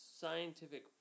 scientific